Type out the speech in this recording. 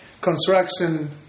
construction